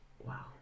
wow